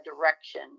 direction